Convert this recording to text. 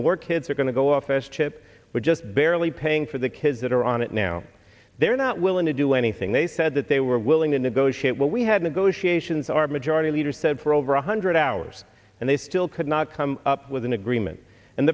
more kids are going to go off s chip but just barely paying for the kids that are on it now they're not willing to do anything they said that they were willing to negotiate what we had negotiations are majority leader said for over one hundred hours and they still could not come up with an agreement and